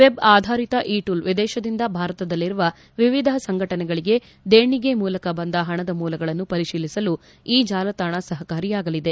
web ಆಧಾರಿತ ಈ tool ವಿದೇಶಗಳಿಂದ ಭಾರತದಲ್ಲಿರುವ ವಿವಿಧ ಸಂಘಟನೆಗಳಿಗೆ ದೇಣಿಗೆ ಮೂಲಕ ಬಂದ ಹಣದ ಮೂಲಗಳನ್ನು ಪರಿಶೀಲಿಸಲು ಈ ಜಾಲತಾಣ ಸಹಕಾರಿಯಾಗಲಿದೆ